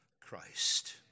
Christ